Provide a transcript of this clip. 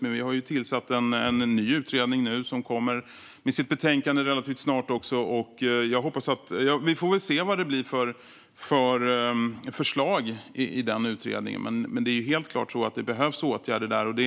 Men vi har tillsatt en ny utredning som relativt snart kommer med sitt betänkande. Vi får väl se vad det blir för förslag från den, men det är helt klart att det behövs åtgärder i sjukförsäkringen.